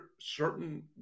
certain